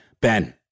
ben